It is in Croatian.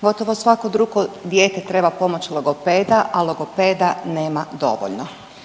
Gotovo svako drugo dijete treba pomoć logopeda, a logopeda nema dovoljno.